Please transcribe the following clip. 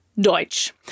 Deutsch